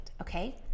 Okay